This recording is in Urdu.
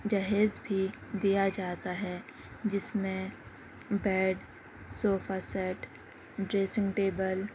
جہیز بھی دیا جاتا ہے جس میں bed sofa set dressing table